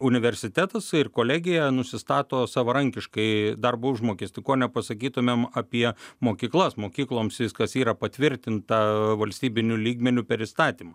universitetas ir kolegija nusistato savarankiškai darbo užmokestį kuo nepasakytumėm apie mokyklas mokykloms viskas yra patvirtinta valstybiniu lygmeniu per įstatymą